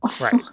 right